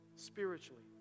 spiritually